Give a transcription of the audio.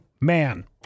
man